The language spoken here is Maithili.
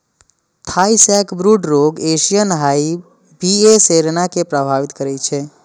थाई सैकब्रूड रोग एशियन हाइव बी.ए सेराना कें प्रभावित करै छै